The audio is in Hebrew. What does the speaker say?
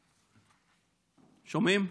שומעים?